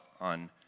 on